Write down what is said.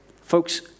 Folks